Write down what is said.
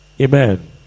Amen